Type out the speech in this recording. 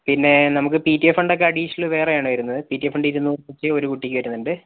പിന്നേ നമുക്ക് P T A ഫണ്ടൊക്കെ അഡിഷണൽ വേറെയാണ് വരുന്നത് പി ടി എ ഫണ്ട് ഇരുന്നൂറു രൂപ ഒരു കുട്ടിക്ക് വരുന്നുണ്ട്